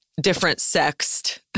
different-sexed